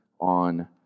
on